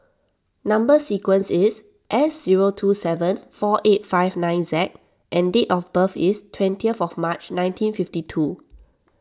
Number Sequence is S zero two seven four eight five nine Z and date of birth is twentieth March nineteen fifty two